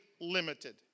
limited